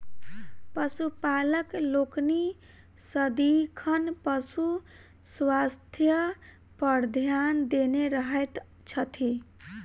पशुपालक लोकनि सदिखन पशु स्वास्थ्य पर ध्यान देने रहैत छथि